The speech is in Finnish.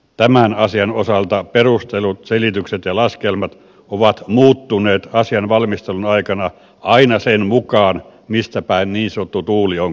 tämän asian osalta perustelut selitykset ja laskelmat ovat muuttuneet asian valmistelun aikana aina sen mukaan mistä päin niin sanottu tuuli on käynyt